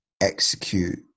execute